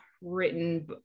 written